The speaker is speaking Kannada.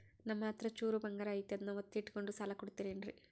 ನಮ್ಮಹತ್ರ ಚೂರು ಬಂಗಾರ ಐತಿ ಅದನ್ನ ಒತ್ತಿ ಇಟ್ಕೊಂಡು ಸಾಲ ಕೊಡ್ತಿರೇನ್ರಿ?